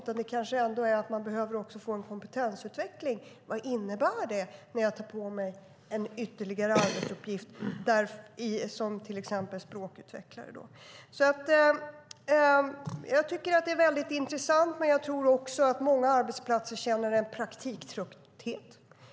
Man kanske också behöver få en kompetensutveckling. Vad innebär det när jag tar på mig en ytterligare arbetsuppgift som till exempel språkutvecklare? Jag tycker att det är väldigt intressant, men jag tror också att många arbetsplatser känner en praktiktrötthet.